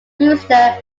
brewster